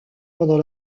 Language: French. pendant